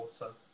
water